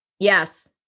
Yes